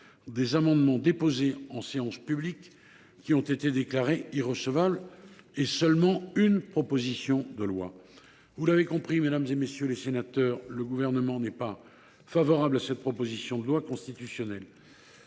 des amendements déposés en séance publique ont été déclarés irrecevables, et seulement une proposition de loi. Vous l’avez compris, le Gouvernement n’est pas favorable à cette proposition de loi constitutionnelle.